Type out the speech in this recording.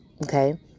Okay